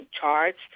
charged